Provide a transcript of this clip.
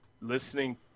listening